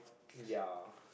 ya